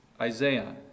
Isaiah